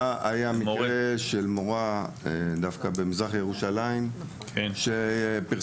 היה מקרה של מורה במזרח ירושלים שפרסמה